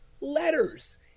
letters